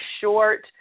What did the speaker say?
short